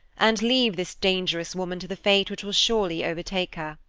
and leave this dangerous woman to the fate which will surely overtake her.